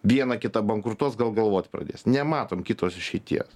viena kita bankrutuos gal galvot pradės nematom kitos išeities